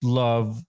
love